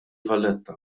valletta